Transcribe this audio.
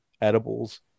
edibles